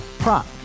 Prop